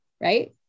right